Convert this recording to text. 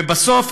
ובסוף,